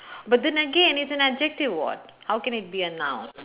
but then again it's an adjective [what] how can it be a noun